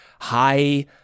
high